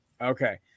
Okay